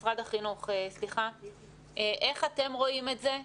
החינוך, איך אתם רואים את זה.